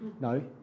No